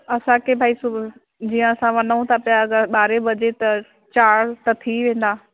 असांखे भाई सु जीअं असां वञूं था पिया अगरि ॿारहें वजे त चारि त थी वेंदा